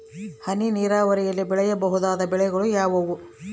ಹನಿ ನೇರಾವರಿಯಲ್ಲಿ ಬೆಳೆಯಬಹುದಾದ ಬೆಳೆಗಳು ಯಾವುವು?